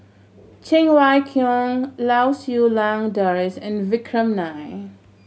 Cheng Wai Keung Lau Siew Lang Doris and Vikram Nair